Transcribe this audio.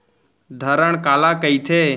धरण काला कहिथे?